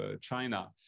China